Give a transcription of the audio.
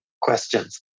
questions